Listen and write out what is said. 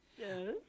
Yes